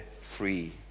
free